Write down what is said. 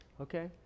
Okay